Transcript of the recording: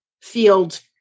field